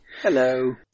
Hello